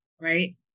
Right